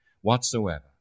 whatsoever